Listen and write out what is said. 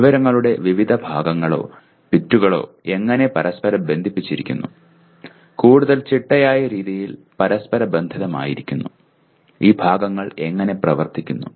വിവരങ്ങളുടെ വിവിധ ഭാഗങ്ങളോ ബിറ്റുകളോ എങ്ങനെ പരസ്പരം ബന്ധിപ്പിച്ചിരിക്കുന്നു കൂടുതൽ ചിട്ടയായ രീതിയിൽ പരസ്പരബന്ധിതമായിരിക്കുന്നു ഈ ഭാഗങ്ങൾ എങ്ങനെ പ്രവർത്തിക്കുന്നു